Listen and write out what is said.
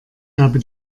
habe